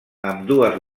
ambdues